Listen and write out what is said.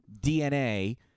DNA